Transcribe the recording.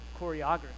choreography